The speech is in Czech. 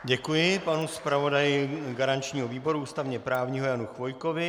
Děkuji panu zpravodaji garančního výboru ústavněprávního Janu Chvojkovi.